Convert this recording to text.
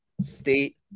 State